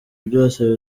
byose